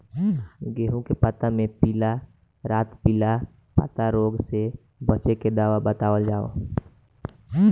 गेहूँ के पता मे पिला रातपिला पतारोग से बचें के दवा बतावल जाव?